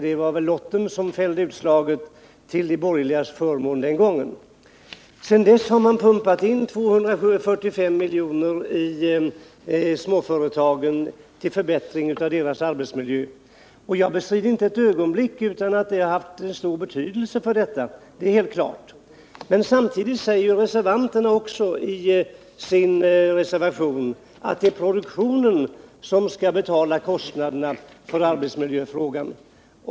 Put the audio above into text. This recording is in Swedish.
Det var väl lotten som fällde utslaget till de borgerligas förmån den gången. Sedan dess har man pumpat in 245 miljoner i småföretagen för förbättring av deras arbetsmiljö. Jag bestrider inte ett ögonblick att det gjort stor nytta — det är helt klart. Men samtidigt säger reservanterna också att det är produktionen som skall betala kostnaderna för arbetsmiljöfrågan.